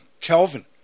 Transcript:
Kelvin